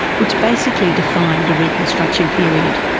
which basically defined a reconstruction period.